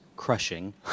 crushing